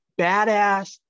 badass